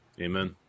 Amen